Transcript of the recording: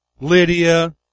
Lydia